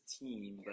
team